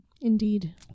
Indeed